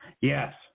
Yes